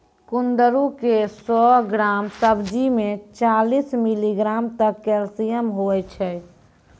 कुंदरू के सौ ग्राम सब्जी मे चालीस मिलीग्राम तक कैल्शियम हुवै छै